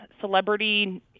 celebrity